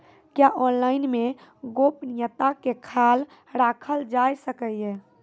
क्या ऑनलाइन मे गोपनियता के खयाल राखल जाय सकै ये?